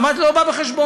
אמרתי לו: לא בא בחשבון.